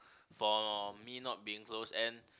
for me not being close and